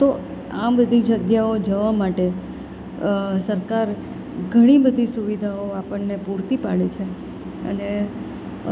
તો આ બધી જગ્યાઓ જવા માટે સરકાર ઘણી બધી સુવિધાઓ આપણને પૂરતી પાડે છે અને